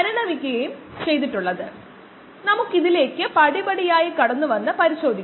ഇത് എങ്ങനെ ഉപയോഗിക്കാമെന്ന് നോക്കുന്നതിന് മുമ്പ് ഇത് കുറച്ചുകൂടി നന്നായി നമുക്ക് മനസ്സിലാക്കാം